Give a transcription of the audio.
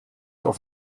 auf